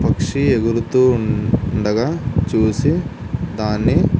పక్షి ఎగురుతూ ఉండగా చూసి దాన్ని